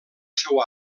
seu